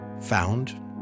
found